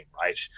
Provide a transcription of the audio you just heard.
right